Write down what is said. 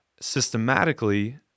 systematically